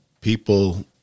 people